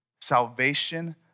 Salvation